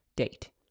date